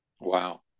Wow